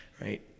right